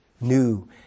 new